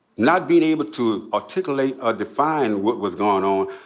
not being able to articulate or define what was going on,